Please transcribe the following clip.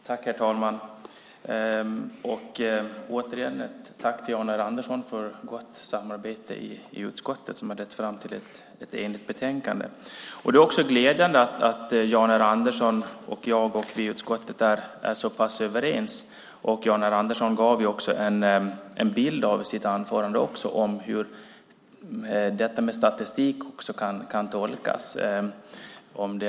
Herr talman! Låt mig återigen framföra ett tack till Jan R Andersson för ett gott samarbete i utskottet som har lett fram till ett enigt betänkande. Det är också glädjande att vi i utskottet är så pass överens. I sitt anförande gav Jan R Andersson också en bild av hur statistik kan tolkas.